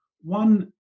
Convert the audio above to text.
one